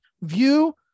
view